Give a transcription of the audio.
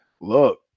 look